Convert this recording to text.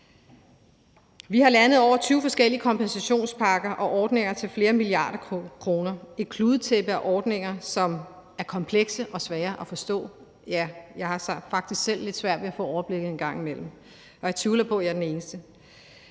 Vi har landet over 20 forskellige kompensationspakker og ordninger til flere milliarder kroner. Det er et kludetæppe af ordninger, som er komplekse og svære at forstå, ja, jeg har faktisk selv lidt svært ved at få overblikket en gang imellem, og jeg tvivler på, at jeg er den eneste.